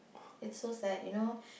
is so sad you know